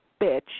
bitch